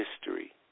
history